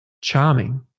charming